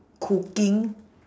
cooking